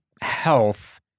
health